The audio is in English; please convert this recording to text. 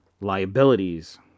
liabilities